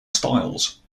styles